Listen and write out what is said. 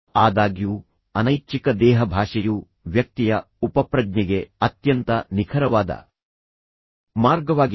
ಆದಾಗ್ಯೂ ಅನೈಚ್ಛಿಕ ದೇಹಭಾಷೆಯು ವ್ಯಕ್ತಿಯ ಉಪಪ್ರಜ್ಞೆಗೆ ಅತ್ಯಂತ ನಿಖರವಾದ ಮಾರ್ಗವಾಗಿದೆ